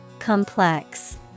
Complex